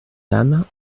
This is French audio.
dames